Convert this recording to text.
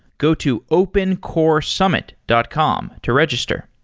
go to opencoresummit dot com to register.